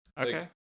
Okay